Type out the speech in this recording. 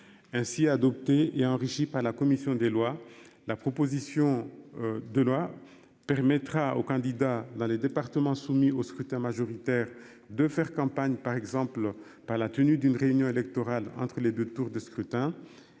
Ainsi adopté et enrichi par la commission des lois, la proposition de loi permettra aux candidats dans les départements soumis au scrutin majoritaire de faire campagne, par exemple par la tenue d'une réunion électorale entre les 2 tours de scrutin